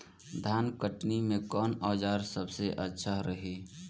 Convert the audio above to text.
धान कटनी मे कौन औज़ार सबसे अच्छा रही?